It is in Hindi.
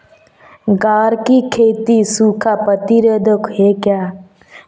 ग्वार की खेती सूखा प्रतीरोधक है क्या?